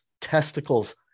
testicles